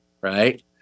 right